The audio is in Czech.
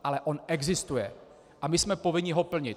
Ale on existuje a my jsme povinni ho plnit.